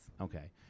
Okay